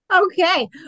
Okay